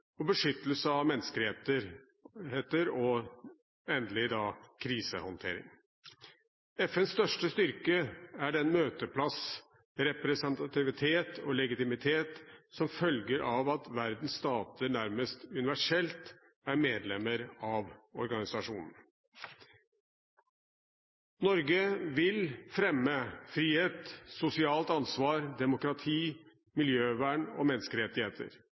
beskyttelse av menneskerettigheter og krisehåndtering. FNs største styrke er den møteplass, representativitet og legitimitet som følger av at verdens stater nærmest universelt er medlemmer av organisasjonen. Norge vil fremme frihet, sosialt ansvar, demokrati, miljøvern og menneskerettigheter.